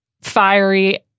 fiery